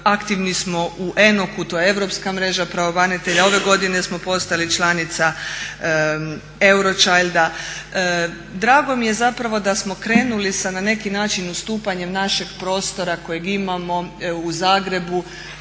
Aktivni smo u ENOC-u to je Europska mreža pravobranitelja, ove godine smo postali članica EUROCHILD-a. Drago mi je da smo krenuli sa na neki način ustupanjem našeg prostora kojeg imamo u Zagrebu,